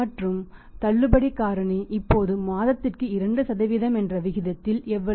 மற்றும் தள்ளுபடி காரணி இப்போது மாதத்திற்கு 2 என்ற விகிதத்தில் எவ்வளவு